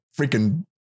freaking